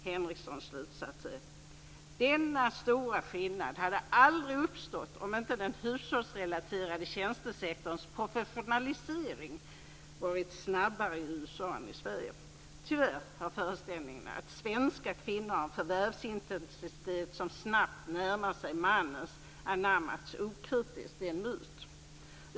Henreksons slutsats är att denna stora skillnad aldrig hade uppstått om inte den hushållsrelaterade tjänstesektorns professionalisering varit snabbare i USA än i Sverige. Tyvärr har föreställningen att svenska kvinnor har en förvärsvärvsintensitet som snabbt närmar sig mannens anammats okritiskt. Det är en myt.